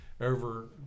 over